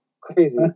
Crazy